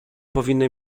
powinny